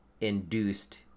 induced